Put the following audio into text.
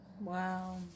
Wow